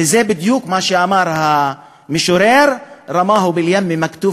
וזה בדיוק מה שאמר המשורר: (אומר בערבית ומתרגם לעברית)